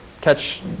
catch